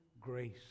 grace